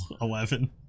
eleven